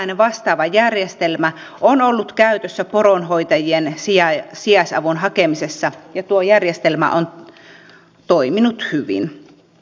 tällainen vastaava järjestelmä on ollut käytössä poronhoitajien sijaisavun hakemisessa ja tuo järjestelmä on toiminut hyvin